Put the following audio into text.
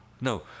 No